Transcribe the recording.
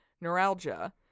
neuralgia